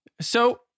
so-